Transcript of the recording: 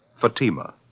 Fatima